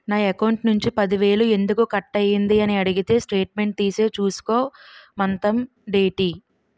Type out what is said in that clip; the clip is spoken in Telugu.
నా అకౌంట్ నుంచి పది వేలు ఎందుకు కట్ అయ్యింది అని అడిగితే స్టేట్మెంట్ తీసే చూసుకో మంతండేటి